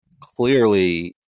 clearly